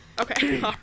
Okay